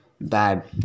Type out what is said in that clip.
bad